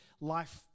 Life